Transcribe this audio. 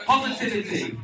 Positivity